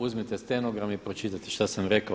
Uzmite stenogram i pročitajte što sam rekao.